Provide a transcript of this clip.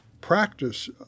practice